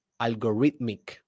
algorithmic